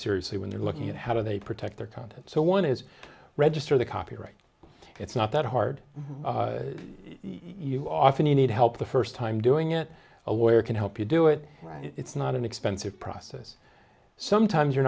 seriously when they're looking at how do they protect their content so one is register the copyright it's not that hard you often you need help the first time doing it a lawyer can help you do it it's not an expensive process sometimes you're